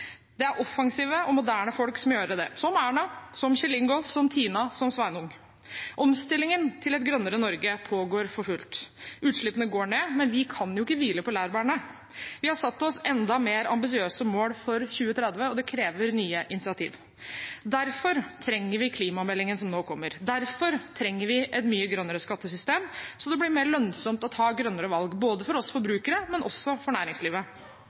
Det er offensive og moderne folk som må gjøre det – som Erna, som Kjell Ingolf, som Tina, som Sveinung. Omstillingen til et grønnere Norge pågår for fullt. Utslippene går ned, men vi kan ikke hvile på laurbærene. Vi har satt oss enda mer ambisiøse mål for 2030, og det krever nye initiativ. Derfor trenger vi klimameldingen som nå kommer. Derfor trenger vi et mye grønnere skattesystem, så det blir mer lønnsomt å ta grønnere valg, både for oss forbrukere og for næringslivet.